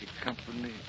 Company